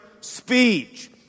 speech